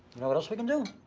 know what else we can do?